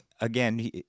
again